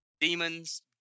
demons